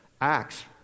Acts